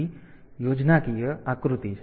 તેથી આ સમગ્ર યોજનાકીય આકૃતિ છે